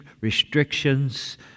restrictions